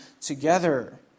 together